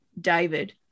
David